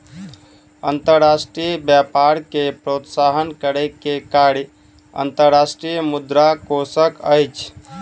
अंतर्राष्ट्रीय व्यापार के प्रोत्साहन करै के कार्य अंतर्राष्ट्रीय मुद्रा कोशक अछि